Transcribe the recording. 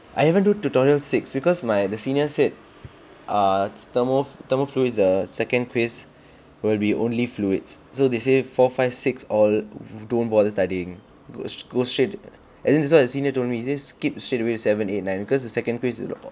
I haven't do tutorial six because my the senior said err thermo thermofluids the second quiz will be only fluids so they say four five six all don't bother studying go go straight at least this was what the senior told me he say skip straight away seven eight nine because the second quiz is all about